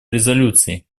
резолюций